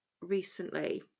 recently